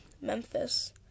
Memphis